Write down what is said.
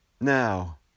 Now